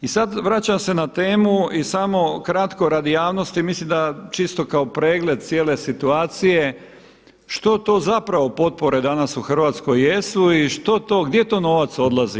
I sad vraćam se na temu i samo kratko radi javnosti, mislim da čisto kao pregled cijele situacije što to zapravo potpore danas u Hrvatskoj jesu i što to, gdje to novac odlazi?